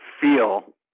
feel